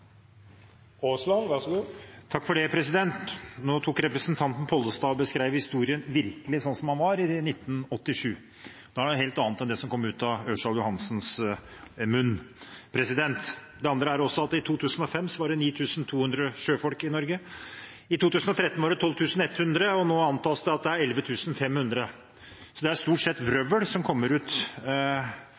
Representanten Pollestad beskrev historien slik den virkelig var i 1987. Det var noe helt annet enn det som kom ut av representanten Ørsal Johansens munn. For det andre var det i 2005 9 200 sjøfolk i Norge, i 2013 var det 12 100, og nå antas det at det er 11 500. Så det er stort sett vrøvl som kommer ut